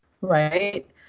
right